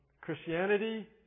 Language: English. Christianity